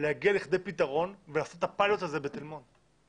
להגיע לכדי פתרון ולעשות את הפיילוט הזה בתל מונד.